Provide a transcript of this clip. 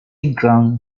ground